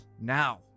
now